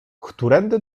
którędy